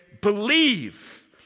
believe